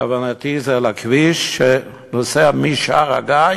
כוונתי לכביש משער-הגיא